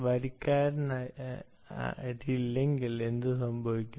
വരിക്കാരില്ലെങ്കിൽ എന്ത് സംഭവിക്കും